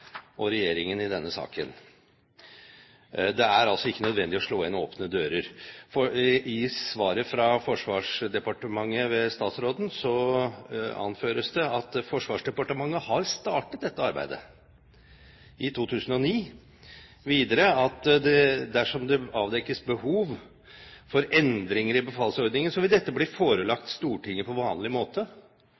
og regjeringen i denne saken. Det er altså ikke nødvendig å slå inn åpne dører. I svaret fra Forsvarsdepartementet ved statsråden anføres det at Forsvarsdepartementet har startet dette arbeidet, i 2009, videre, at dersom det avdekkes behov for endringer i befalsordningen, vil dette bli forelagt Stortinget på vanlig måte.